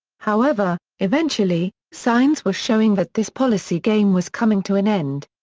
however, eventually, signs were showing that this policy game was coming to an end.